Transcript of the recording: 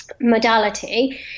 modality